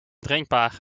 drinkbaar